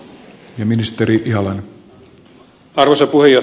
arvoisa puheenjohtaja